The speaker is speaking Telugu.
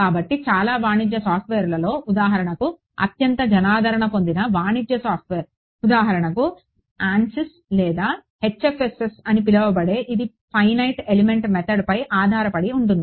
కాబట్టి చాలా వాణిజ్య సాఫ్ట్వేర్లలో ఉదాహరణకు అత్యంత జనాదరణ పొందిన వాణిజ్య సాఫ్ట్వేర్ ఉదాహరణకు ANSYS లేదా HFSS అని పిలువబడే ఇది ఫైనైట్ ఎలిమెంట్ మెథడ్పై ఆధారపడి ఉంటుంది